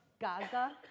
Gaza